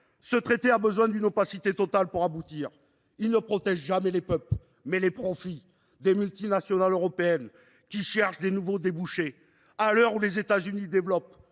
pour aboutir d’une opacité totale. Il protège non pas les peuples, mais les profits des multinationales européennes, qui cherchent de nouveaux débouchés, à l’heure où les États Unis développent